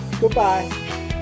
Goodbye